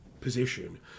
position